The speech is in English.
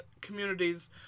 communities